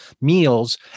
meals